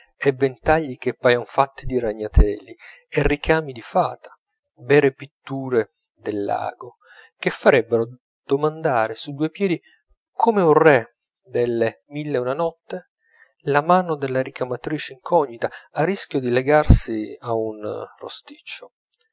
e ventagli che paion fatti di ragnateli e ricami di fata vere pitture dell'ago che farebbero domandare su due piedi come un re delle mille e una notte la mano della ricamatrice incognita a rischio di legarsi a un rosticcio